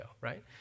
right